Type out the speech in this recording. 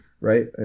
right